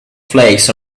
flakes